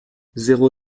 zéro